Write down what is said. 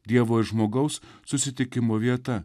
dievo ir žmogaus susitikimo vieta